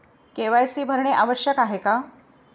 KYC भरणे आवश्यक आहे का?